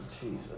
Jesus